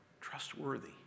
trustworthy